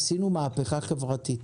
עשינו מהפכה חברתית.